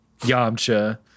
Yamcha